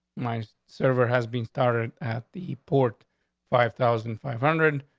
my server has been started at the port five thousand five hundred and